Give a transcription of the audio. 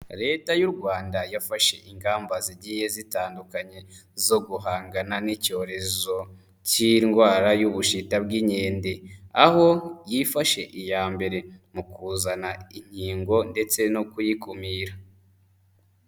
Leta y'u Rwanda yafashe ingamba zigiye zitandukanye zo guhangana n'icyorezo cy'indwara y'Ubushita bw'Inkende, aho yafashe iya mbere mu kuzana inkingo ndetse no kuyikumira.